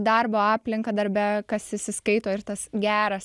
darbo aplinką darbe kas įsiskaito ir tas geras